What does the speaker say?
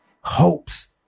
hopes